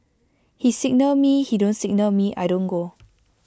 he signal me he don't signal me I don't go